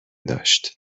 داشت